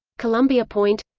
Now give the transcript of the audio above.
columbia point